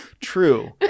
True